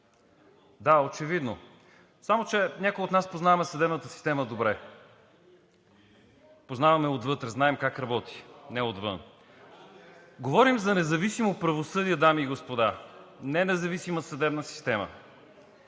Да, очевидно. Само че някои от нас познаваме съдебната система добре – познаваме я отвътре, знаем как работи, не отвън. Говорим за независимо правосъдие, дами и господа, не независима съдебна система.